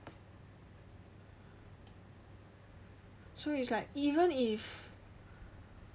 so it's like even if